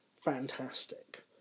fantastic